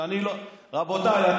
רבותיי,